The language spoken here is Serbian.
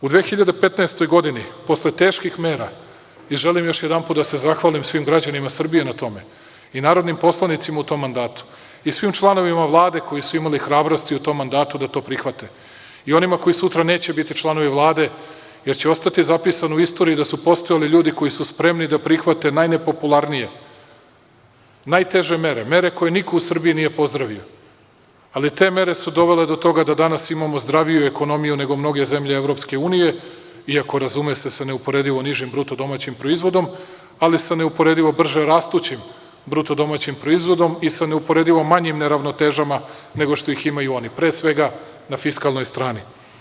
U 2015. godini posle teških mera, i želim još jedanput da se zahvalim svim građanima Srbije na tome, i narodnim poslanicima u tom mandatu i svim članovima Vlade koji su imali hrabrosti u tom mandatu da to prihvate i onima koji sutra neće biti članovi Vlade, jer će ostati zapisano u istoriji da su postojali ljudi koji su spremni da prihvate najnepopularnije, najteže mere, merekoje niko u Srbiji nije pozdravio, ali te mere su dovele do toga danas imamo zdraviju ekonomiju nego mnoge zemlje EU, iako razume se, sa neuporedivo nižim BDP, ali sa ne uporedivo brže rastućim BDP i sa neuporedivo manjim neravnotežama nego što ih imaju oni, pre svega na fiskalnoj strani.